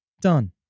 done